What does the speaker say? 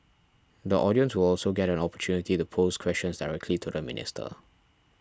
the audience will also get an opportunity to pose questions directly to the minister